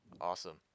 Awesome